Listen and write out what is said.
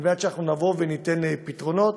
כדי שאנחנו ניתן פתרונות.